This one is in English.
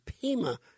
Pima